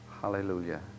hallelujah